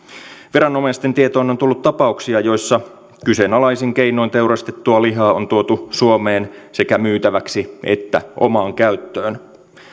viranomaisten tietoon on tullut tapauksia joissa kyseenalaisin keinoin teurastettua lihaa on tuotu suomeen sekä myytäväksi että omaan käyttöön